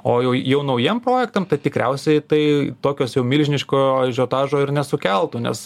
o jau jau naujiem projektam tai tikriausiai tai tokio milžiniško ažiotažo ir nesukeltų nes